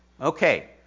Okay